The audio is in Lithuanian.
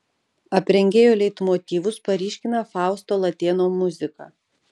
aprengėjo leitmotyvus paryškina fausto latėno muzika